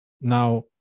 Now